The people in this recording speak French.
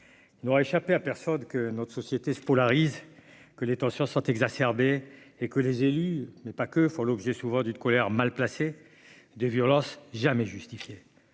il n'aura échappé à personne que notre société se polarise que les tensions sont exacerbées et que les élus, mais pas que font l'objet souvent du de colère mal placé des violences jamais justifié